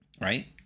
Right